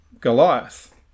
Goliath